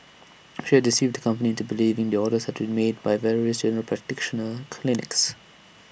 she had deceived the company into believing the orders had been made by various general practitioner clinics